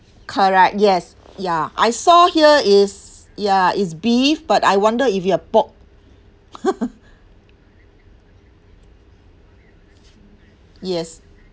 correct yes ya I saw here is ya is beef but I wonder if you have pork yes